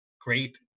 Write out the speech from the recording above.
great